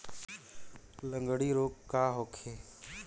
लगंड़ी रोग का होखे?